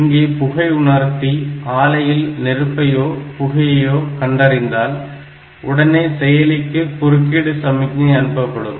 இங்கே புகை உணர்த்தி ஆலையில் நெருப்பையோ புகையையோ கண்டறிந்தால் உடனே செயலிக்கு குறுக்கீடு சமிக்ஞை அனுப்பப்படும்